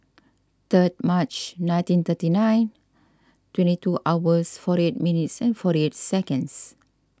third March nineteen thirty nine twenty two hours forty eight minutes forty eight seconds